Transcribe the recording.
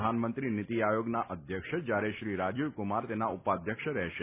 પ્રધાનમંત્રી નીતિ આયોગના અધ્યક્ષ જૂ્યારે શ્રી રાજીવ કુમાર તેના ઉપાધ્યક્ષ રહેશે